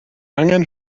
angen